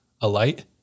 alight